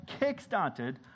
kickstarted